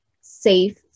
safe